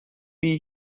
wie